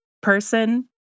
person